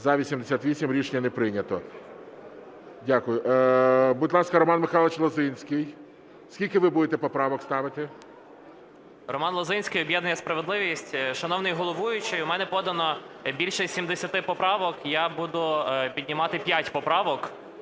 За-88 Рішення не прийнято. Дякую. Будь ласка, Роман Михайлович Лозинський. Скільки ви будете поправок ставити? 11:28:56 ЛОЗИНСЬКИЙ Р.М. Роман Лозинський, об'єднання "Справедливість". Шановний головуючий, у мене подано більше 70 поправок. Я буду піднімати 5 поправок,